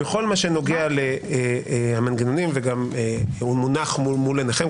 הוא מונח מול עיניכם,